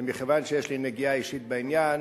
ומכיוון שיש לי נגיעה אישית בעניין,